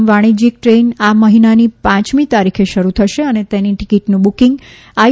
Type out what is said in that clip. પ્રથમ વાણીજથીક દ્રેન આ મહિનાની પાંચમી તારીખે શરૃ થશે અને તેની ટીકીટનું બુકીંગ આઇ